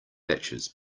batches